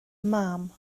mam